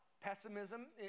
pessimism